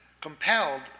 compelled